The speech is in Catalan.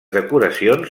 decoracions